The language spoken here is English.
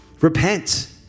Repent